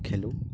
খেলোঁ